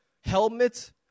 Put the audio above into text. helmet